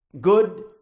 good